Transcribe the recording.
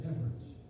efforts